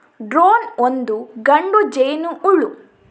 drone ಒಂದು ಗಂಡು ಜೇನುಹುಳು